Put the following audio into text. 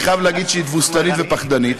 אני חייב להגיד שהיא תבוסתנית ופחדנית,